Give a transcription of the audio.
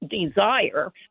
desire